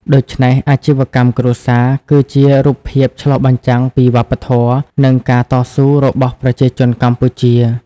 ដូច្នេះ អាជីវកម្មគ្រួសារ គឺជារូបភាពឆ្លុះបញ្ចាំងពីវប្បធម៌ និងការតស៊ូរបស់ប្រជាជនកម្ពុជា។